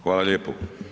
Hvala lijepo.